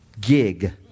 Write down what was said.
gig